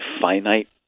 finite